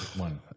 one